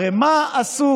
הרי מה עשו?